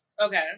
Okay